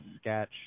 sketch